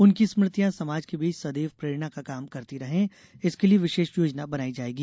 उनकी स्मृतियां समाज के बीच सदैव प्रेरणा का काम करती रहें इसके लिए विषेष योजना बनाई जाएगी